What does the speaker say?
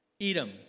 Edom